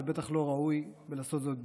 זה בטח לא ראוי לעשות זאת בדחיפות.